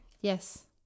Yes